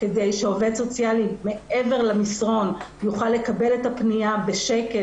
כדי שעובד סוציאלי מעבר למסרון יוכל לקבל את הפניה בשקט,